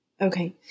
Okay